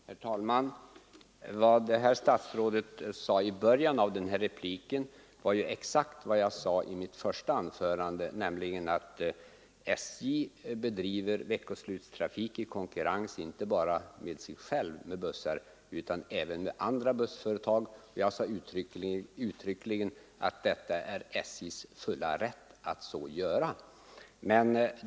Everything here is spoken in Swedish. Herr talman! Vad herr statsrådet sade i början av sin senaste replik är exakt vad jag sade i mitt första anförande, nämligen att SJ bedriver veckoslutstrafik med bussar i konkurrens inte bara med sig själv utan även med andra bussföretag. Jag sade uttryckligen att det är SJ:s fulla rätt att göra så.